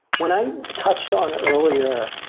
when i touched on earlier,